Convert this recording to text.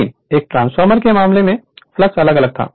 लेकिन एक ट्रांसफार्मर के मामले में फ्लेक्स अलग अलग था